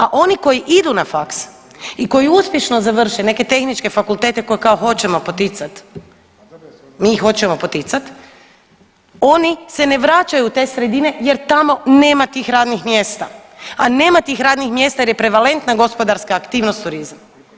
A oni koji idu na faks i koji uspješno završe neke tehničke fakultete koje kao hoćemo poticat, mi ih hoćemo poticati, oni se ne vraćaju u te sredine jer tamo nema tih radnih mjesta, a nema tih radnih mjesta jer je prevalentna gospodarstva aktivnost turizam.